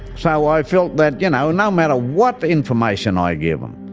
so i felt that, you know, no matter what information i give em,